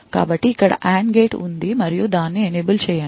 కాబట్టి ఇక్కడ AND gate ఉంది మరియు దాన్ని ఎనేబుల్ చేయండి